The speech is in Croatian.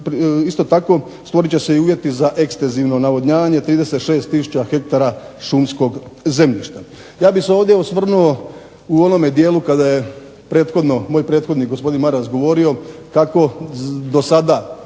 isto tako stvorit će se i uvjeti za ekstenzivno navodnjavanje 36000 ha šumskog zemljišta. Ja bih se ovdje osvrnuo u onome dijelu kada je prethodno, moj prethodnik gospodin Maras govorio kako do sada